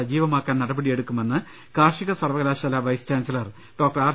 സജീവമാക്കാൻ നടപടിയെടുക്കുമെന്ന് കാർഷിക സർവകലാശാലാ വൈസ് ചാൻസലർ ഡോക്ടർ ആർ